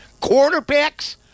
Quarterbacks